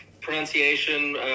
pronunciation